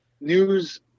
news